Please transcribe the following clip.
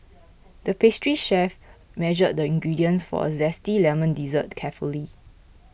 the pastry chef measured the ingredients for a Zesty Lemon Dessert carefully